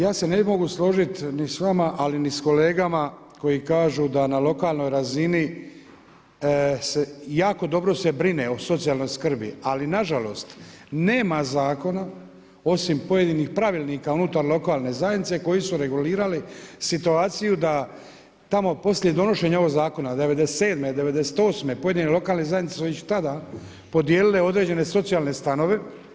Ja se ne bih mogao složiti ni s vama ali ni s kolegama koji kažu da na lokalnoj razini jako dobro se brine o socijalnoj skrbi ali nažalost nema zakona osim pojedinih pravilnika unutar lokalne zajednice koji su regulirali situaciju da tamo poslije donošenja ovoga zakona '97., '98. pojedine lokalne zajednice su već tada podijelile određene socijalne stanove.